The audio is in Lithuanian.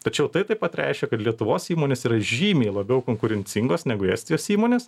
tačiau tai taip pat reiškia kad lietuvos įmonės yra žymiai labiau konkurencingos negu estijos įmonės